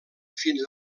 fins